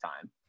time